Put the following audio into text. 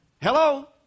Hello